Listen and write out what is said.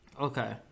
Okay